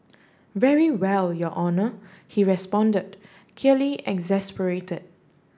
very well your honour he responded clearly exasperated